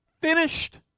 finished